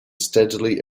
steadily